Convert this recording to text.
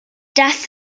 das